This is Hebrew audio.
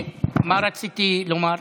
מה רציתי לומר?